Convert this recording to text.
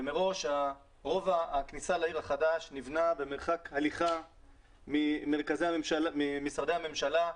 ומראש רובע הכניסה לעיר החדש נבנה במרחק הליכה ממשרדי הממשלה,